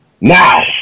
Now